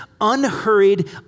unhurried